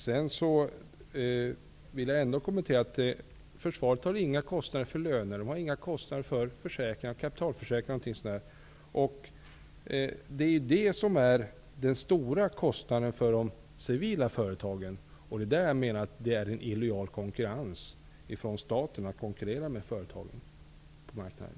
Sedan vill jag ändå göra den kommentaren att försvaret inte har kostnader för löner, för kapitalförsäkringar och sådant, det som är den stora kostnaden för de civila företagen. Det är därför jag menar att det är illojal konkurrens, när staten konkurrerar med företagen på marknaden.